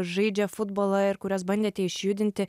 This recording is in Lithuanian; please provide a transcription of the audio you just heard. žaidžia futbolą ir kuriuos bandėte išjudinti